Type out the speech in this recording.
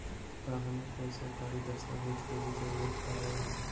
का हमे कोई सरकारी दस्तावेज के भी जरूरत परे ला?